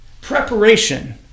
Preparation